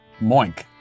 Moink